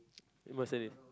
Mercedes